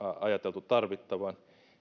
ajateltu tarvittavan